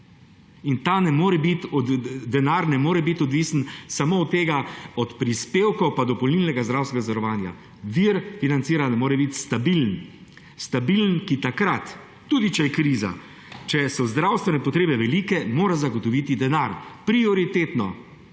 In denar ne more biti odvisen samo od prispevkov pa dopolnilnega zdravstvenega zavarovanja. Vir financiranja mora biti stabilen. Stabilen takrat, tudi če je kriza, če so zdravstvene potrebe velike, mora zagotoviti denar. Prioritetno,